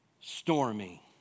stormy